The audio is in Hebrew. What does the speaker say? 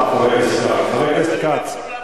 חבר הכנסת כץ,